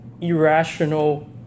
irrational